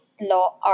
law